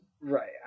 Right